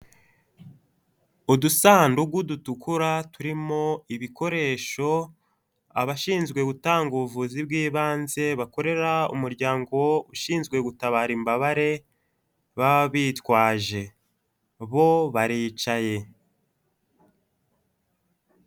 Udusanduku dutukura turimo ibikoresho abashinzwe gutanga ubuvuzi bw'ibanze bakorera umuryango ushinzwe gutabara imbabare baba bitwaje bo baricaye.